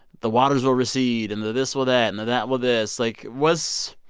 the waters will recede, and the this will that, and the that will this. like, was